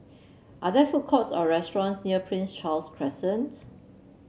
are there food courts or restaurants near Prince Charles Crescent